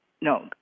No